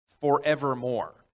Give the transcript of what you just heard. forevermore